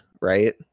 right